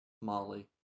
Molly